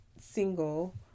single